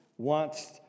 Wants